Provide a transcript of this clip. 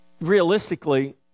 Realistically